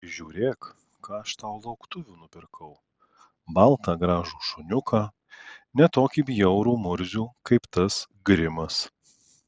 žiūrėk ką aš tau lauktuvių nupirkau baltą gražų šuniuką ne tokį bjaurų murzių kaip tas grimas